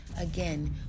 Again